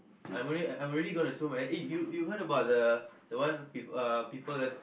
I'm already I'm already gonna throw my head eh you you heard about the the one people uh people have